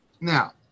Now